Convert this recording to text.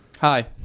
Hi